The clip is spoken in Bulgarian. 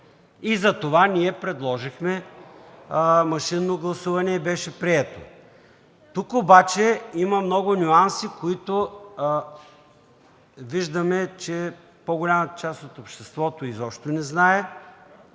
Затова ние предложихме машинното гласуване и то беше прието. Тук обаче има много нюанси, за които виждаме, че по-голямата част от обществото не ги знае,